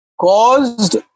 caused